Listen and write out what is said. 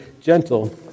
gentle